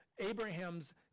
Abraham's